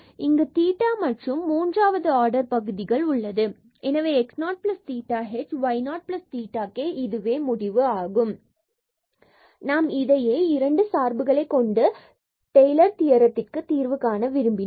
இங்கு தீட்டா மற்றும் பின்பு நம்மிடம் மூன்றாவது ஆர்டர் பகுதிகள் உள்ளது எனவே x 0 theta h y 0 theta k இதுவே முடிவு ஆகும் நாம் இதையே இரண்டு சார்புகளுக்கு கொண்டு டெய்லர் தியரத்திற்கு தீர்வு காண விரும்பினோம்